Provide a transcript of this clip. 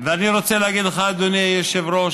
ואני רוצה להגיד לך, אדוני היושב-ראש,